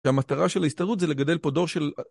והמטרה של ההסתדרות זה לגדל פה דור של...